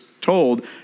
told